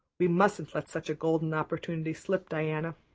we mustn't let such a golden opportunity slip, diana.